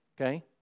Okay